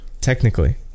Technically